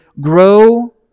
grow